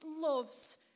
loves